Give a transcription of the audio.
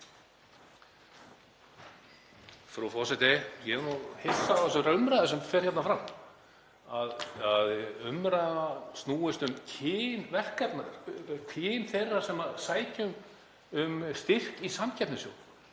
Frú forseti. Ég er hissa á þessari umræðu sem fer hérna fram, að umræðan snúist um kyn verkefna, kyn þeirra sem sækja um styrki í samkeppnissjóð.